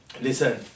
Listen